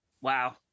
Wow